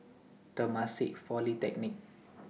Temasek Polytechnic